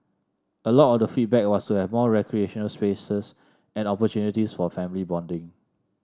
a lot of the feedback was to have more recreational spaces and opportunities for family bonding